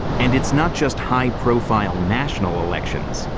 and it's not just high-profile, national elections.